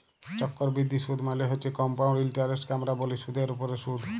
চক্করবিদ্ধি সুদ মালে হছে কমপাউল্ড ইলটারেস্টকে আমরা ব্যলি সুদের উপরে সুদ